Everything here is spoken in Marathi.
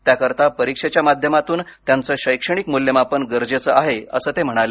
त्याकरता परिक्षेच्या माध्यमातून त्यांचं शैक्षणिक मूल्यमापन गरजेचं आहे असं ते म्हणाले